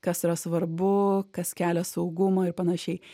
kas yra svarbu kas kelia saugumą ir panašiai